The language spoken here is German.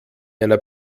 einer